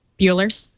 Bueller